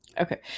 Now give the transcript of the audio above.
Okay